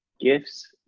gifts